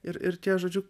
ir ir tie žodžiu